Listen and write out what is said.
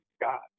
God